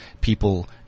people